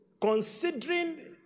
considering